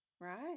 right